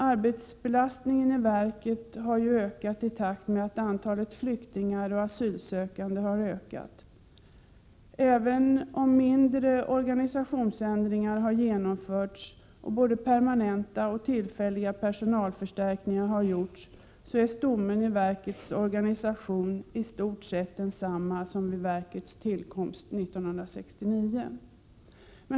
Arbetsbelastningen i verket har ökat i takt med att antalet flyktingar och asylsökande har ökat. Även om mindre organisationsändringar har genomförts och både permanenta och tillfälliga personalförstärkningar har gjorts är stommen i verkets organisation i stort sett densamma som vid verkets tillkomst 1969.